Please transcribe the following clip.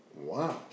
Wow